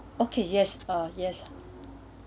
okay yes uh yes